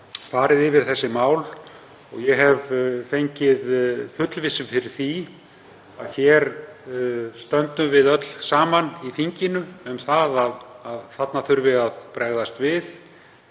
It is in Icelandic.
farið yfir þessi mál. Ég hef fengið fullvissu fyrir því að hér stöndum við öll saman í þinginu um að þarna þurfi að bregðast við.